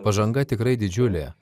pažanga tikrai didžiulė